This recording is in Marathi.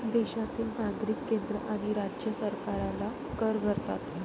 देशातील नागरिक केंद्र आणि राज्य सरकारला कर भरतात